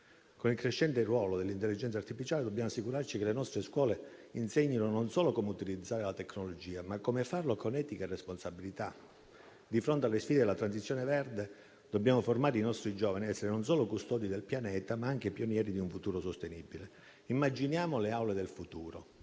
Con il crescente ruolo dell'intelligenza artificiale, dobbiamo assicurarci che le nostre scuole insegnino non solo come utilizzare la tecnologia, ma come farlo con etica e responsabilità. Di fronte alle sfide della transizione verde, dobbiamo formare i nostri giovani a essere non solo custodi del pianeta, ma anche pionieri di un futuro sostenibile. Immaginiamo le aule del futuro,